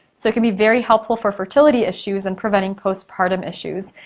so it can be very helpful for fertility issues and preventing post-partum issues.